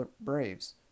Braves